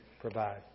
provide